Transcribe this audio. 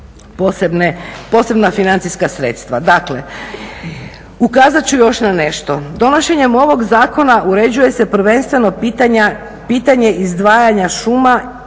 posebna financijska sredstva. Dakle, ukazat ću još na nešto, donošenjem ovog zakona uređuje se prvenstveno pitanje izdvajanja šuma